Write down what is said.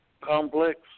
complex